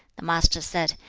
the master said,